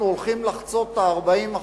אנחנו הולכים לחצות את ה-40%.